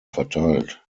verteilt